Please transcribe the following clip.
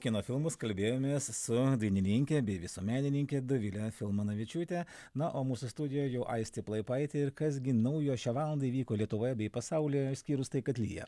kino filmus kalbėjomės su dainininke bei visuomenininke dovile filmanavičiūte na o mūsų studijoj jau aistė plaipaitė ir kas gi naujo šią valandą įvyko lietuvoje bei pasaulyje išskyrus tai kad lyja